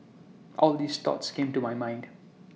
all these thoughts came to my mind